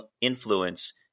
influence